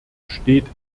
steht